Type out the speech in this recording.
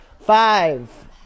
Five